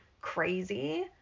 crazy